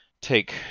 take